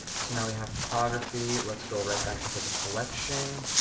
so now we have photography. let's go right back into the collection,